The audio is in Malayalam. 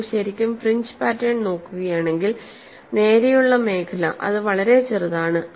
നിങ്ങൾ ശരിക്കും ഫ്രിഞ്ച് പാറ്റേൺ നോക്കുകയാണെങ്കിൽ നേരെയുള്ള മേഖല അത് വളരെ ചെറുതാണ്